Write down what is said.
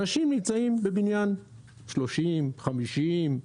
אנשים נמצאים בבניין 30, 50,